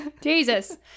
jesus